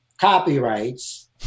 copyrights